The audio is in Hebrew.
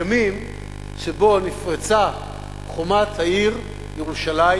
ימים שבהם נפרצה חומת העיר ירושלים